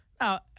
Now